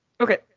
okay